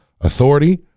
authority